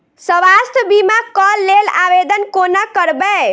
स्वास्थ्य बीमा कऽ लेल आवेदन कोना करबै?